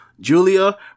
Julia